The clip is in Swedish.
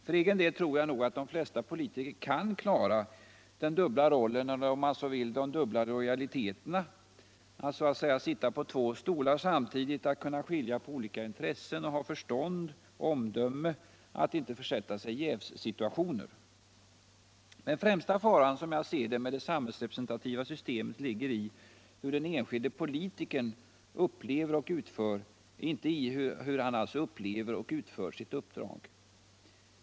För egen del tror jag att de flesta politiker kan klara den dubbla rollen — eller om man så vill de dubbla lojaliteterna — att så att säga sitta på två stolar samtidigt, att kunna skilja på olika intressen och att ha förstånd och omdöme att inte försätta sig i jävssituationer. Men främsta faran med det samhällsrepresentativa systemet ligger inte i hur den enskilde politikern upplever och utför sitt uppdrag.